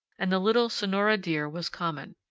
and the little sonora deer was common.